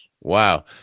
Wow